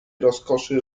rozkoszy